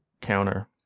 counter